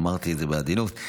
אמרתי את זה בעדינות.